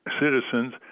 citizens